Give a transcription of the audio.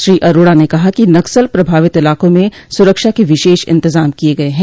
श्री अरोड़ा ने कहा कि नक्सल प्रभावित इलाकों में सुरक्षा के विशेष इन्तजाम किए गए हैं